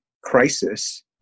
crisis